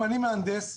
אני מהנדס,